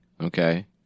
Okay